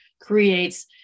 creates